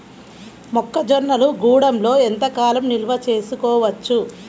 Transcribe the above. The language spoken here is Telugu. మొక్క జొన్నలు గూడంలో ఎంత కాలం నిల్వ చేసుకోవచ్చు?